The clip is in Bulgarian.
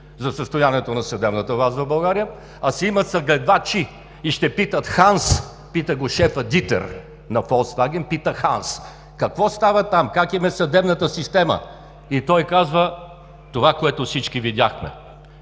за състоянието на съдебната власт в България, а си имат съгледвачи, и ще питат Ханс, пита го шефът на „Фолксваген“ Дитер: „Какво става там, как им е съдебната система?“ И той казва това, което всички видяхме.